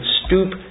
stoop